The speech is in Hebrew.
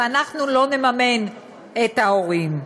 ואנחנו לא נממן את ההורים.